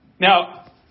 Now